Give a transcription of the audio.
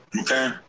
Okay